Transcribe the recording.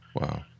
Wow